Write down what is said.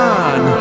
on